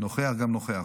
נוכח גם נוכח.